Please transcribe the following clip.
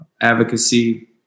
advocacy